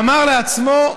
ואמר לעצמו: